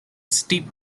steep